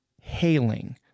hailing